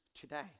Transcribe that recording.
today